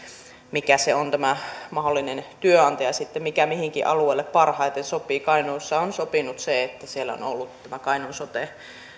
mikä se on tämä mahdollinen työantaja sitten mikä mihinkin alueelle parhaiten sopii kainuussa on sopinut se että siellä on on ollut tämä kainuun sote